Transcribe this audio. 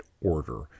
order